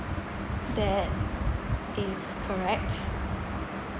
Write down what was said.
that is correct